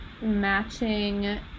matching